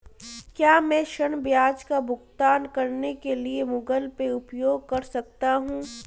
क्या मैं ऋण ब्याज का भुगतान करने के लिए गूगल पे उपयोग कर सकता हूं?